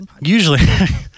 Usually